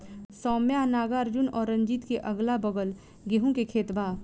सौम्या नागार्जुन और रंजीत के अगलाबगल गेंहू के खेत बा